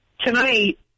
tonight